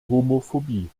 homophobie